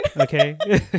okay